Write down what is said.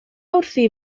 wrthi